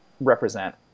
represent